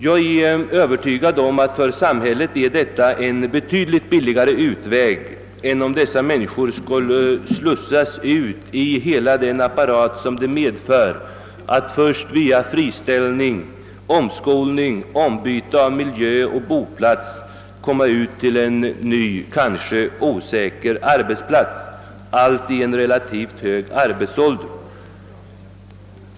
Jag är övertygad om att för samhället är detta en betydligt billigare väg än om dessa människor skall slussas ut i hela den apparat som det medför att via friställning, omskolning, ombyte av miljö och boplats komma ut till en ny, kanske osäker arbetsplats, allt i en relativt hög arbetsålder.